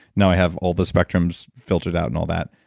now i have all the spectrums filtered out and all that.